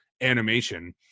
animation